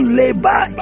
labor